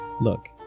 Look